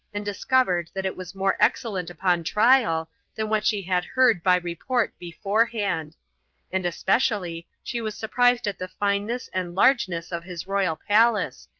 and discovered that it was more excellent upon trial than what she had heard by report beforehand and especially she was surprised at the fineness and largeness of his royal palace,